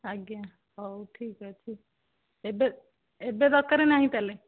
ଆଜ୍ଞା ହଉ ଠିକ୍ ଅଛି ଏବେ ଏବେ ଦରକାର ନାହିଁ ତାହେଲେ